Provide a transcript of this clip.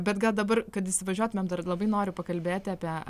bet gal dabar kad įsivažiuotumėm dar labai noriu pakalbėti apie